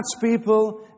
people